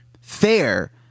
Fair